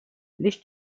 лишь